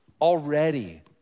Already